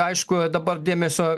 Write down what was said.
aišku dabar dėmesio